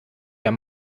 der